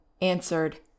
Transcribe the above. answered